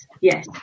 yes